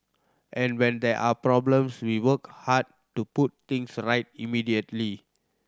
and when there are problems we work hard to put things right immediately